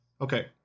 Okay